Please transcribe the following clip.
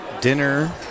dinner